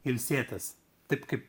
ilsėtis taip kaip